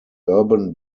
urban